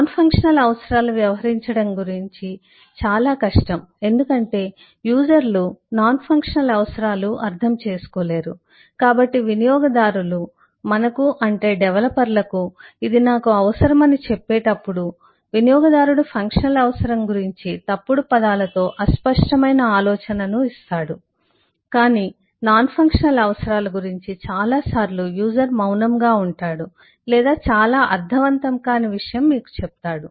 non functional అవసరాల వ్యవహరించడం చాలా కష్టం ఎందుకంటే యూజర్లు నాన్ ఫంక్షనల్ అవసరాలు అర్థం చేసుకోలేరు కాబట్టి వినియోగదారులు మనకు అంటే డెవలపర్లకుఇది నాకు అవసరం అని చెప్పేటప్పుడు వినియోగదారుడు ఫంక్షనల్ అవసరం గురించి తప్పుడు పదాలతో అస్పష్టమైన ఆలోచనను ఇస్తాడు కాని నాన్ ఫంక్షనల్ అవసరాల గురించి చాలా సార్లు యూజర్ మౌనంగా ఉంటాడు లేదా చాలా అర్ధవంతం కాని విషయం మీకు చెప్తాడు